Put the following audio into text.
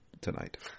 tonight